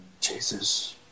Jesus